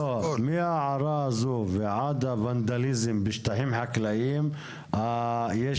מההערה הזאת ועד הוונדליזם בשטחים חקלאיים יש